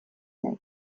naiz